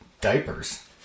diapers